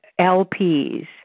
LPs